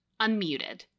Unmuted